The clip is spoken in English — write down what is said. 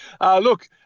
Look